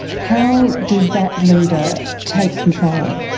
how does that leader take control?